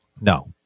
No